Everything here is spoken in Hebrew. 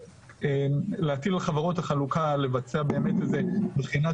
להטיל על חברות החלוקה לבצע באמת איזו בחינת